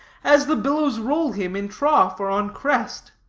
as the billows roll him in trough or on crest.